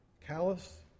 callous